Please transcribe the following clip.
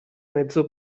mezzo